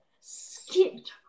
skipped